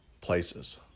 places